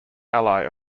ally